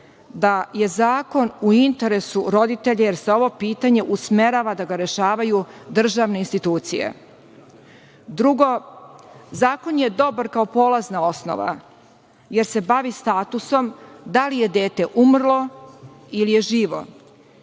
da je zakon u interesu roditelja jer se ovo pitanje usmerava da ga rešavaju državne institucije. Drugo, zakon je dobar kao polazna osnova, jer se bavi statusom da li je dete umrlo ili je živo